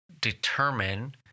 determine